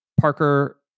Parker